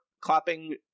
clapping